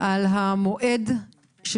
על המועד של